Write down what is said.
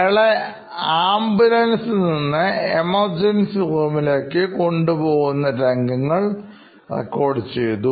അയാളെ ആംബുലൻസ് നിന്ന് emergency room ലേക്ക് കൊണ്ടുപോകുന്ന രംഗങ്ങൾ റെക്കോർഡ് ചെയ്തു